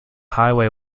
highway